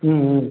ம் ம்